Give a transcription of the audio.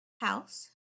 house